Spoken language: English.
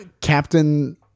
Captain